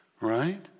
Right